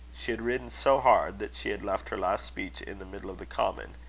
she had ridden so hard, that she had left her last speech in the middle of the common,